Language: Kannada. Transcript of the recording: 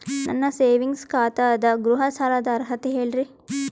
ನನ್ನ ಸೇವಿಂಗ್ಸ್ ಖಾತಾ ಅದ, ಗೃಹ ಸಾಲದ ಅರ್ಹತಿ ಹೇಳರಿ?